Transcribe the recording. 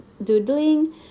doodling